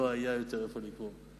לא היה יותר איפה לקבור.